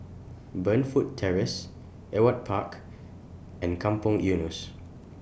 Burnfoot Terrace Ewart Park and Kampong Eunos